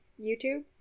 YouTube